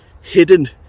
hidden